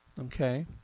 Okay